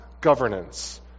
Governance